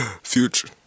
future